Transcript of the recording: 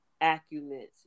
acumen